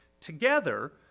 together